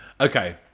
Okay